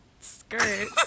skirt